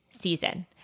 season